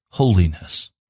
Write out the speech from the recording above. holiness